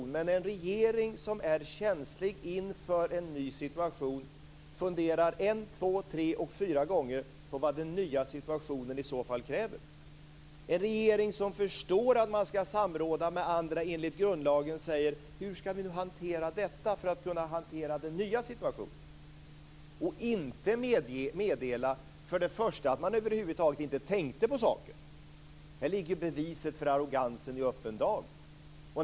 Men en regering som är känslig funderar inför en ny situation en, två, tre och fyra gånger på vad denna nya situation i så fall kräver. En regering som förstår att man ska samråda med andra enligt grundlagen säger: Hur ska vi nu hantera detta för att kunna hantera den nya situationen? Den meddelar inte att man över huvud taget inte tänkte på saken. Här ligger beviset för arrogansen i öppen dag.